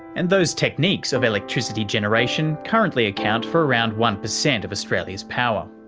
and those techniques of electricity generation currently account for around one percent of australia's power.